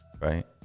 right